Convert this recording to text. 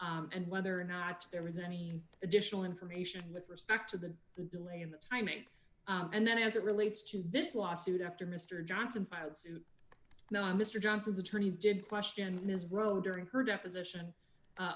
delay and whether or not there was any additional information with respect to the delay in the timing and then as it relates to this lawsuit after mr johnson filed suit mr johnson's attorneys did question ms rowe during her deposition